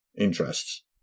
interests